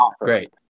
great